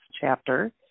chapter